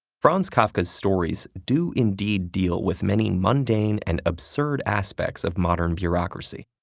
franz kafka's stories do indeed deal with many mundane and absurd aspects of modern bureaucracy,